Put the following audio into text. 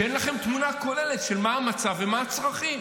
כשאין לכם תמונה כוללת של מה המצב ומה הצרכים,